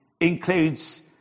includes